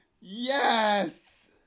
Yes